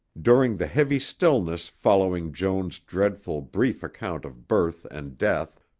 during the heavy stillness following joan's dreadful, brief account of birth and death,